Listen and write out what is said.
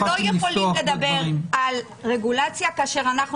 אנחנו לא יכולים לדבר על רגולציה כאשר אנחנו